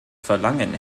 verlangen